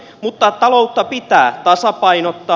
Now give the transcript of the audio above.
mutta taloutta pitää tasapainottaa